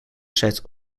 set